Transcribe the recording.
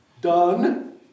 Done